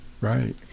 Right